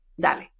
Dale